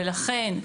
לכן,